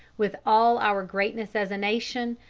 with all our greatness as a nation,